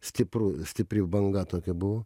stipru stipri banga tokia buvo